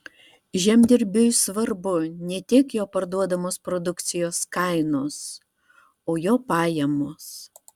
žemdirbiui svarbu ne tiek jo parduodamos produkcijos kainos o jo pajamos